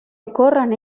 ocorren